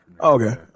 Okay